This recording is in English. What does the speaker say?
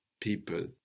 people